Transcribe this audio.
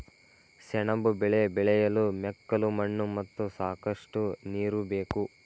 ಸೆಣಬು ಬೆಳೆ ಬೆಳೆಯಲು ಮೆಕ್ಕಲು ಮಣ್ಣು ಮತ್ತು ಸಾಕಷ್ಟು ನೀರು ಬೇಕು